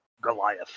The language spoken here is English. Goliath